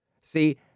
See